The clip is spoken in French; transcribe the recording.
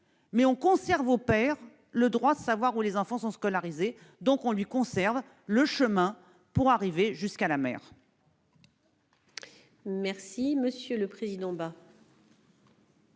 mais on conserve au père le droit de savoir où les enfants sont scolarisés et, ainsi, on lui conserve ouvert le chemin pour arriver jusqu'à la mère.